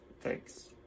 Thanks